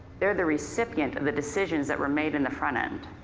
they're the recipient of the decisions that were made in the front end,